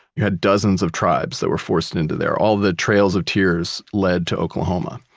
you had dozens of tribes that were forced into there, all the trails of tears lead to oklahoma.